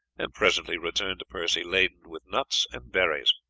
and presently returned to percy laden with nuts and berries.